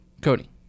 Cody